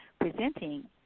presenting